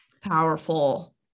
powerful